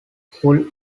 full